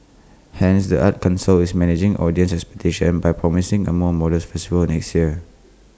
hence the arts Council is managing audience expectations by promising A more modest festival next year